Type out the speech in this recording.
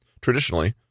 Traditionally